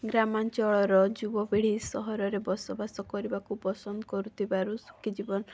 ଗ୍ରାମାଞ୍ଚଳର ଯୁବପିଢ଼ି ସହରରେ ବସବାସ କରିବାକୁ ପସନ୍ଦ କରୁଥିବାରୁ ସୁଖୀ ଜୀବନ